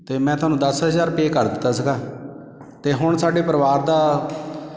ਅਤੇ ਮੈਂ ਤੁਹਾਨੂੰ ਦਸ ਹਜ਼ਾਰ ਪੇਅ ਕਰਤਾ ਸੀਗਾ ਅਤੇ ਹੁਣ ਸਾਡੇ ਪਰਿਵਾਰ ਦਾ